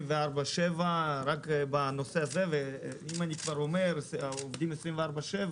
24/7 רק בנושא הזה, ואם אני כבר אומר שעובדים 24/7